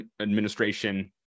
administration